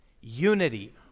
unity